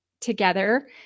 together